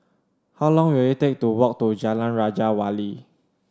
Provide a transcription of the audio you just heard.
how long will it take to walk to Jalan Raja Wali